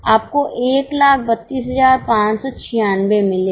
आपको 132596 मिलेगा